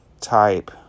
type